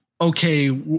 okay